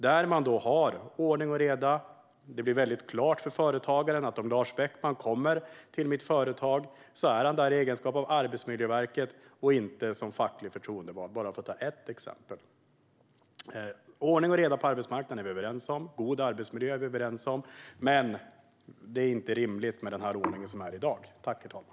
Då blir det ordning och reda, och det blir tydligt för företagaren att när Lars Beckman kommer till företaget är han där som representant för Arbetsmiljöverket och inte som facklig förtroendevald - bara för att ta ett exempel. Vi är överens om att vi vill ha ordning och reda på arbetsmarknaden och god arbetsmiljö, men den ordning som är i dag är inte rimlig.